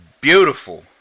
beautiful